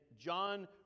John